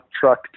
truck